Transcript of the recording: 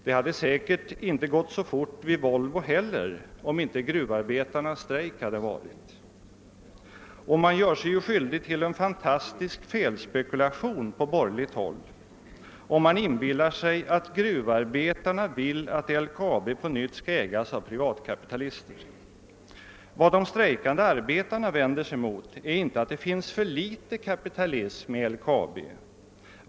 Det hade säkert inte gått så fort i Volvo heller, om inte gruvarbetarnas strejk hade varit. Man gör sig skyldig till en fantastisk felspekulation på borgerligt håll, om man inbillar sig att gruvarbetarna vill, att LKAB på nytt skall ägas av privatkapitalister. Vad de strejkande arbetarna vänder sig mot är inte, att det finns »för litet« kapitalism i LKAB.